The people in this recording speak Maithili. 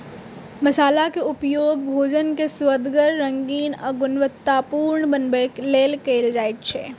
मसालाक उपयोग भोजन कें सुअदगर, रंगीन आ गुणवतत्तापूर्ण बनबै लेल कैल जाइ छै